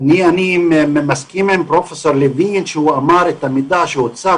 מסכים עם פרופ' לוין שאמר שהמידע שהוצב